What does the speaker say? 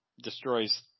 destroys